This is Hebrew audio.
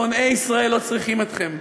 שונאי ישראל לא צריכים אתכם,